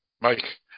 Mike